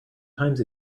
times